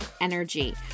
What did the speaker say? energy